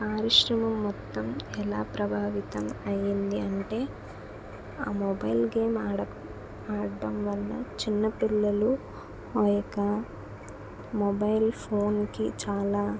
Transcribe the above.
పారిశ్రామ మొత్తం ఎలా ప్రభావితం అయ్యిందంటే ఆ మొబైల్ గేమ్ ఆడటం ఆడటం వల్ల చిన్నపిల్లలు ఆ యొక్క మొబైల్ ఫోన్కి చాలా